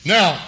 Now